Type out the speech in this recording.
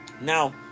Now